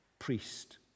priest